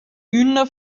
üna